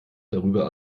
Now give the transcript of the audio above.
darüber